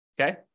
Okay